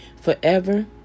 forever